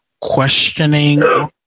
questioning